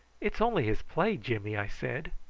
it's only his play, jimmy, i said.